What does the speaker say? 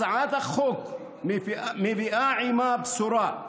הצעת החוק מביאה עימה בשורה,